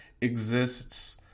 exists